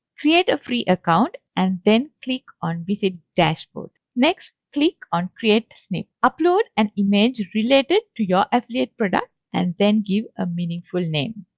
create an free account and then click on visit dashboard. next click on create snip upload an image related to your affiliate product and then give a meaningful name.